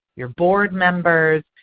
your board members,